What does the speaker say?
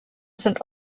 sind